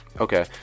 Okay